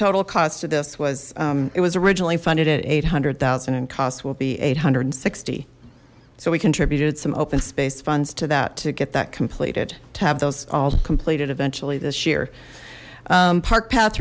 total cost of this was it was originally funded at eight hundred zero and cost will be eight hundred and sixty so we contributed some open space funds to that to get that completed to have those all completed eventually this year park pat